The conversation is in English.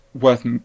worth